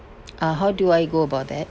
uh how do I go about that